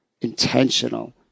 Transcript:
intentional